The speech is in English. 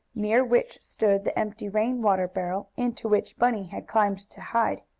near which stood the empty rain-water barrel, into which bunny had climbed to hide.